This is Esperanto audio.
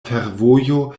fervojo